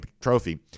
trophy